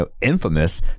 infamous